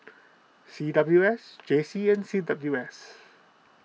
C W S J C and C W S